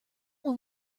one